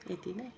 यति नै